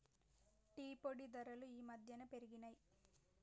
tea పొడి ధరలు ఈ మధ్యన పెరిగినయ్